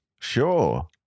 Sure